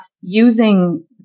using